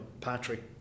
Patrick